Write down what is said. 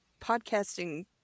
podcasting